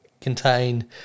contain